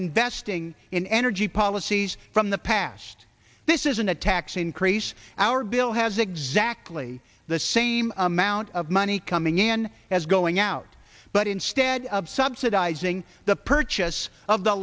investing in energy policies from the past this isn't a tax increase our bill has exactly the same amount of money coming in as going out but instead of subsidizing the purchase of the